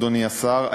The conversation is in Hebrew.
אדוני השר,